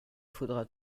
faudra